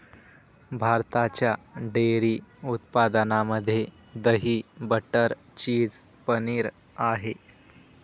भारताच्या डेअरी उत्पादनामध्ये दही, बटर, चीज, पनीर आहे